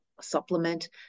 supplement